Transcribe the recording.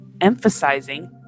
emphasizing